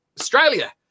Australia